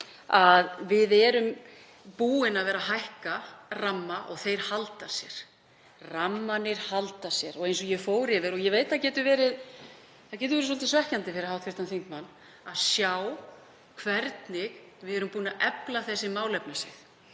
og við höfum verið að stækka ramma og þeir halda sér áfram, þeir halda sér, eins og ég fór yfir. Ég veit að það getur verið svolítið svekkjandi fyrir hv. þingmann að sjá hvernig við erum búin að efla þessi málefnasvið.